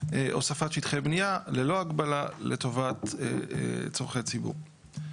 הוספת שטחי בנייה ללא הגבלה לטובת צורכי ציבור.